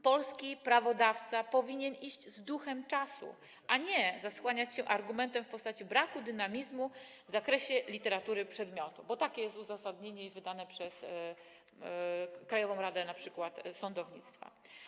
Polski prawodawca powinien iść z duchem czasu, a nie zasłaniać się argumentem w postaci braku dynamizmu w zakresie literatury przedmiotu, bo takie jest uzasadnienie wydane np. przez Krajową Radę Sądownictwa.